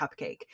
cupcake